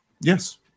Yes